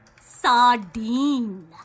Sardine